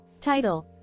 Title